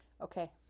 Okay